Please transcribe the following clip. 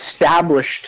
established